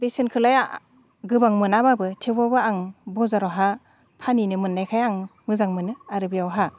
बेसेनखोलाय आं गोबां मोनाब्लाबो थेवब्लाबो आं बाजारावहा फानहैनो मोननायखाय आं मोजां मोनो आरो बेवहा